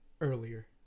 earlier